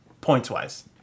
points-wise